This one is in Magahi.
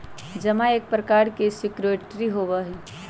जमा एक प्रकार के सिक्योरिटी होबा हई